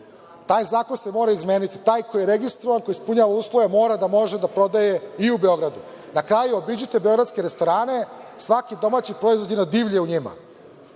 Taj zakon se mora izmeniti. Taj koji je registrovan, koji ispunjava uslove mora da može da prodaje i u Beogradu. Na kraju, obiđite beogradske restorane, svaki domaći proizvod je na divlje u njima.